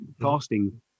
fasting